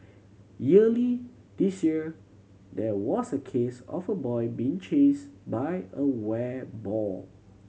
earlier this year there was a case of a boy being chased by a wild boar